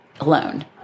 alone